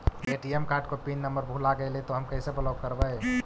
ATM card को pin number भुला गैले तौ हम कैसे ब्लॉक करवै?